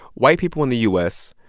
white people in the u s.